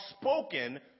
spoken